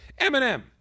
Eminem